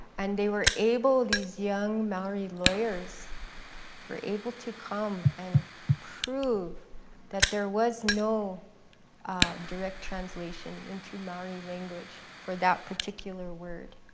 and they were able, these young maori lawyers were able to come and prove that there was no direct translation into maori language for that particular word.